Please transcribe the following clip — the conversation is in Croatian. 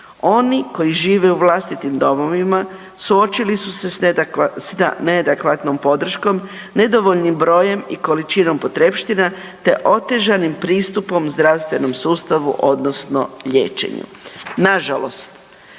Oni koji žive u vlastitim domovima suočili su s neadekvatnom podrškom, nedovoljnim brojem i količinom potrepština te otežanim pristupom zdravstvenom sustavu odnosno liječenju. Nažalost